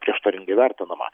prieštaringai vertinamą